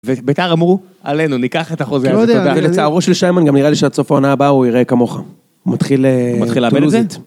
ובית"ר אמרו "עלינו", ניקח את החוזה הזה, תודה. ולצערו של שיימן, גם נראה לי שעד סוף העונה הבאה הוא ייראה כמוך. הוא מתחיל לאבד את זה?